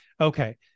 okay